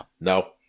No